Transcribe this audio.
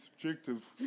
subjective